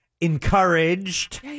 encouraged